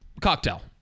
cocktail